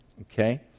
Okay